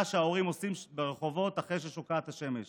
שההורים עושים ברחובות אחרי ששוקעת השמש.